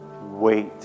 wait